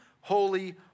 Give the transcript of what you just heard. holy